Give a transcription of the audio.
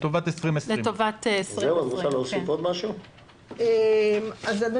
לטובת 2020. לטובת 2020. אדוני,